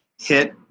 hit